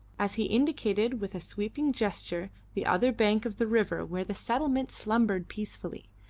as he indicated with a sweeping gesture the other bank of the river where the settlement slumbered peacefully,